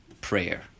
prayer